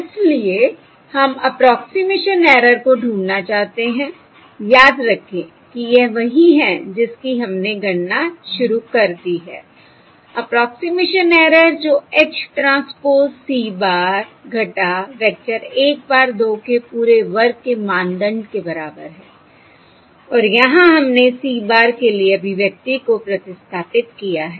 इसलिए हम approximation error को ढूंढना चाहते हैं याद रखें कि यह वही है जिसकी हमने गणना शुरू कर दी है अप्रोक्सिमेशन ऐरर जो H transpose c bar vector 1 bar 2 के पूरे वर्ग के मानदंड के बराबर हैऔर यहां हमने c bar के लिए अभिव्यक्ति को प्रतिस्थापित किया है